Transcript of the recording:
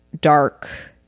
dark